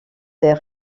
des